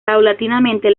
paulatinamente